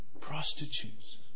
Prostitutes